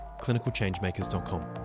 clinicalchangemakers.com